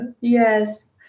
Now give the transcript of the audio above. Yes